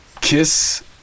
Kiss